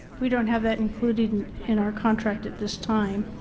we don't have that included and in our contract at this time.